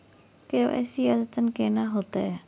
KYC अद्यतन केना होतै?